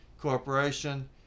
corporation